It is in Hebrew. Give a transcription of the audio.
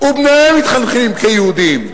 ובניהם מתחנכים כיהודים,